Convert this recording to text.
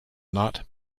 not